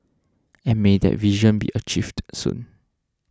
and may that vision be achieved soon